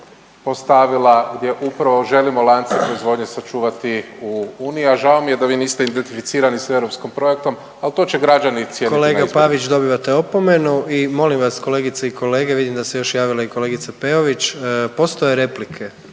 postavila gdje upravo želimo lance proizvodnje sačuvati u Uniji. A žao mi je da vi niste identificirani sa europskim projektom, ali to će građani cijeniti na izborima. **Jandroković, Gordan (HDZ)** Kolega Pavić dobivate opomenu i molim vas kolegice i kolege, vidim da se još javila i kolegica Peović, postoje replike